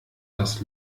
dass